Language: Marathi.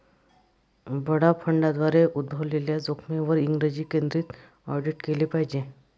बडा फंडांद्वारे उद्भवलेल्या जोखमींवर इंग्रजी केंद्रित ऑडिट केले पाहिजे